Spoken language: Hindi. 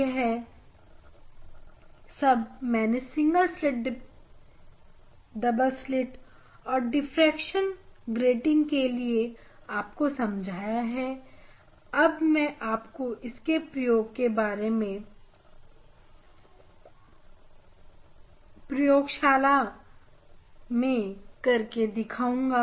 यही सब मैंने सिंगल स्लिट डबल स्लिट और डिफ्रेक्शन ग्रेटिंग के लिए आप सबको समझाया है अब मैं इसका प्रयोग आपको अपनी प्रयोगशाला में करके दिखाऊंगा